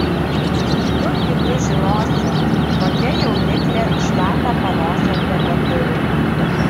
kurgi tu žinosi tokia jauniklė šlapią panosę tebeturi